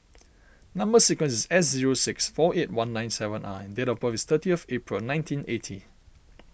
Number Sequence is S zero six four eight one nine seven R date of birth is thirty of April nineteen eighty